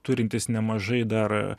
turintis nemažai dar